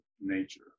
nature